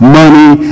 money